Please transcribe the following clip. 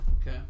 Okay